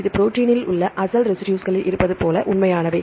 இது ப்ரோடீனில் உள்ள அசல் ரெசிடுஸ்களில் இருப்பது போல உண்மையானவை